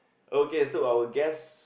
okay so our guest